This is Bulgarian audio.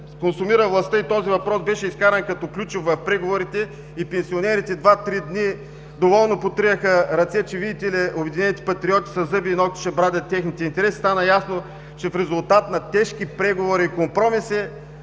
консумира властта и този въпрос беше изкаран ключов в преговорите, а пенсионерите два-три дни доволно потриваха ръце, че „Обединените патриоти“ със зъби и нокти ще бранят техните интереси, стана ясно, че в резултат на тежки преговори и компромиси